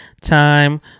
time